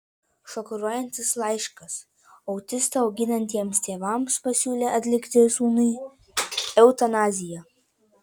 šokiruojantis laiškas autistą auginantiems tėvams pasiūlė atlikti sūnui eutanaziją